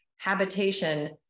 habitation